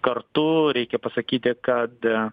kartu reikia pasakyti kad